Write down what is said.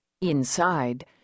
Inside